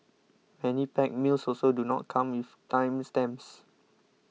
many packed meals also do not come with time stamps